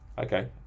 Okay